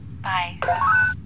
Bye